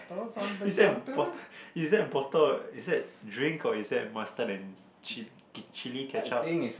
is that bott~ is that bottle or is that drink or is that mustard and chil~ chill ketchup